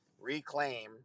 reclaim